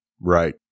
Right